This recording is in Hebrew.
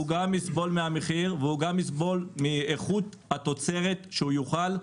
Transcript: הוא גם יסבול מהמחיר והוא גם יסבול מאיכות התוצרת שהוא יאכל.